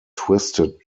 twisted